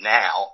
now